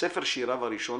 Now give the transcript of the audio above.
ספר שיריו הראשון,